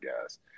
guys